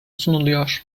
sunuluyor